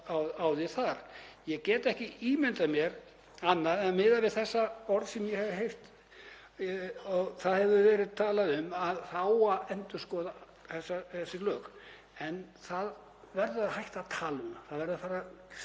Ég get ekki ímyndað mér annað, miðað við þau orð sem ég hef heyrt. Það hefur verið talað um að það eigi að endurskoða þessi lög en það verður að hætta að tala um það, það verður að fara að ske.